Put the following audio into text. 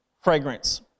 fragrance